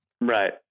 Right